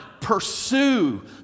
Pursue